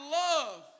love